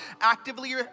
actively